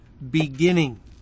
Beginning